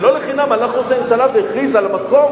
ולא לחינם הלך ראש הממשלה והכריז על המקום